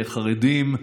חרדים,